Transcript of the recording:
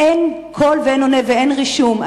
אין קול ואין עונה ואין רישום.